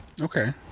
Okay